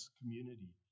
community